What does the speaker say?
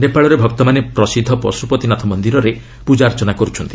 ନେପାଳରେ ଭକ୍ତମାନେ ପ୍ରସିଦ୍ଧ ପଶୁପତିନାଥ ମନ୍ଦିରରେ ପୂଜାର୍ଚ୍ଚନା କରୁଛନ୍ତି